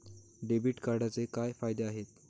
Debit कार्डचे काय फायदे आहेत?